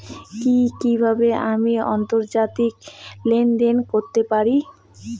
কি কিভাবে আমি আন্তর্জাতিক লেনদেন করতে পারি?